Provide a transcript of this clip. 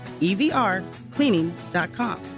EVRcleaning.com